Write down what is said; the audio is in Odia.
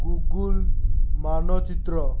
ଗୁଗୁଲ୍ ମାନଚିତ୍ର